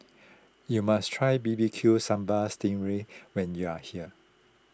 you must try B B Q Sambal Sting Ray when you are here